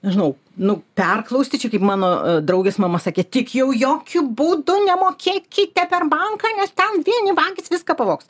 nežinau nu perklausti čia kaip mano draugės mama sakė tik jau jokiu būdu nemokėkite per banką nes ten vieni vagys viską pavogs